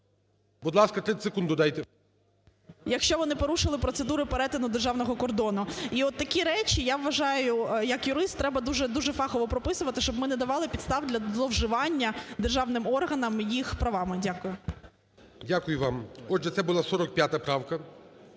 Будь ласка, 30 секунд додайте. ШКРУМ А.І Якщо вони порушили процедури перетину державного кордону. І от такі речі, я вважаю як юрист, треба дуже-дуже фахово прописувати, щоб ми не давали підстав для зловживання державним органам їх правами. Дякую. ГОЛОВУЮЧИЙ. Дякую вам. Отже, це була 45 правка.